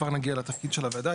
כבר נגיע לתפקיד של הוועדה,